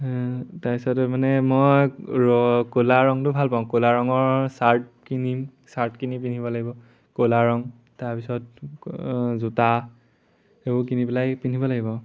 তাৰপিছত মানে মই ৰ ক'লা ৰংটো ভাল পাওঁ ক'লা ৰঙৰ চাৰ্ট কিনিম চাৰ্ট কিনি পিন্ধিব লাগিব ক'লা ৰং তাৰপিছত জোতা সেইবোৰ কিনি পেলাই পিন্ধিব লাগিব